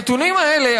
הנתונים האלה,